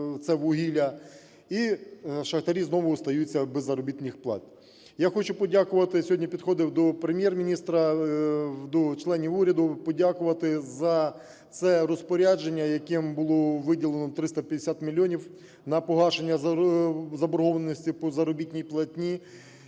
це вугілля і шахтарі знову остаються без заробітних плат. Я хочу подякувати, сьогодні я підходив до Прем?єр-міністра, до членів уряду, подякувати за це розпорядження, яким було виділено 350 мільйонів на погашення заборгованості по заробітній платні.